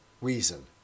reason